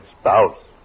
spouse